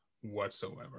whatsoever